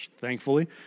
thankfully